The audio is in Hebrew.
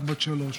רק בת שלוש,